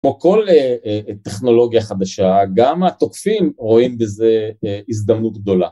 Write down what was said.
כמו כל טכנולוגיה חדשה, גם התוקפים רואים בזה הזדמנות גדולה.